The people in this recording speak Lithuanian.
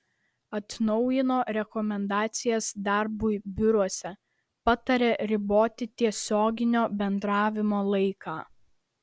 atnaujino rekomendacijas darbui biuruose pataria riboti tiesioginio bendravimo laiką